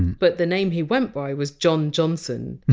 but the name he went by was john johnson,